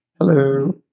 Hello